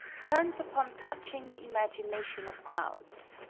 turns upon touching the imagination of crowds.